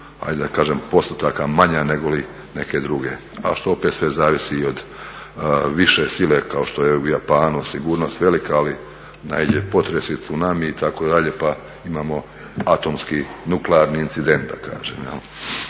postotaka manja nego li neke druge, a što opet sve zavisi i od više sile kao što je u Japanu sigurnost velika, ali naiđe potres i tsunami, itd., pa imamo atomski nuklearni incident, da kažem.